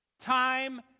Time